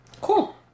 Cool